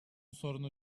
sorunu